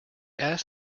asked